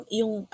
yung